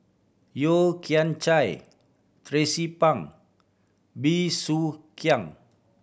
Yeo Kian Chai Tracie Pang Bey Soo Khiang